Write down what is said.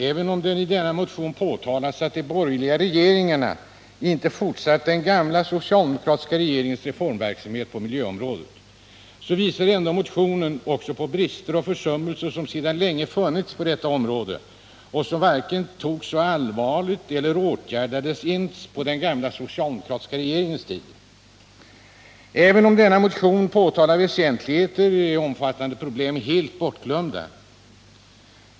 Även om det i denna motion sägs att de borgerliga regeringarna inte fortsatt den gamla socialdemokratiska regeringens reformverksamhet på miljöområdet, visar motionen också de stora brister och försummelser som sedan länge funnits på detta område och varken togs särskilt allvarligt eller åtgärdades på den gamla socialdemokratiska regeringens tid. Men även om motionen påtalar väsentligheter är omfattande problem helt bortglömda.